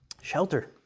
Shelter